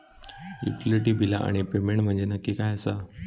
Utility बिला आणि payment म्हंजे नक्की काय आसा?